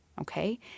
okay